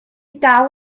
dal